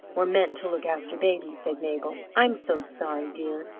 were meant to look after babies, said mabel. i'm so sorry, dear!